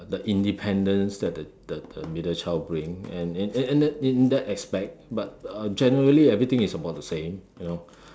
uh the independence that the the the middle child bring and in in in in that aspect but uh generally everything is about the same you know